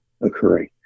occurring